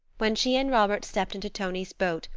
when she and robert stepped into tonie's boat,